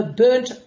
burnt